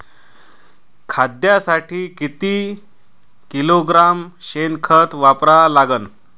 कांद्यासाठी किती किलोग्रॅम शेनखत वापरा लागन?